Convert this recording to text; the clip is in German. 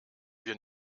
wir